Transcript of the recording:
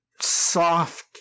soft